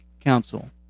Council